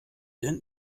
denn